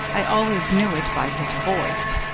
i always knew it by his voice,